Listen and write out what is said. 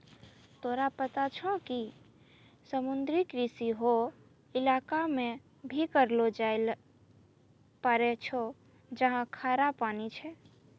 तोरा पता छौं कि समुद्री कृषि हौ इलाका मॅ भी करलो जाय ल पारै छौ जहाँ खारा पानी छै